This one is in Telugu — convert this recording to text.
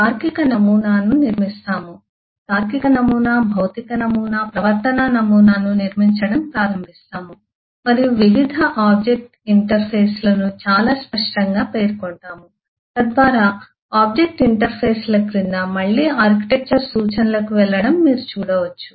తార్కిక నమూనాను నిర్మిస్తాము తార్కిక నమూనా భౌతిక నమూనా ప్రవర్తనా నమూనా నిర్మించడం ప్రారంభిస్తాము మరియు వివిధ ఆబ్జెక్ట్ ఇంటర్ఫేస్లను చాలా స్పష్టంగా పేర్కొంటాము తద్వారా ఆబ్జెక్ట్ ఇంటర్ఫేస్ల క్రింద మళ్ళీ ఆర్కిటెక్చర్ సూచనలకు వెళ్లడం మీరు చూడవచ్చు